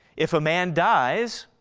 if a man dies,